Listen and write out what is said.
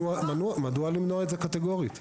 מדוע למנוע את זה קטגורית?